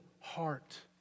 heart